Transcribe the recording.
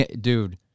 Dude